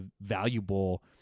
valuable